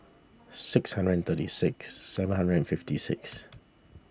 six hundred and thirty six seven hundred and fifty six